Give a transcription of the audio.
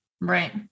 Right